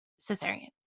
cesarean